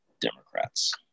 Democrats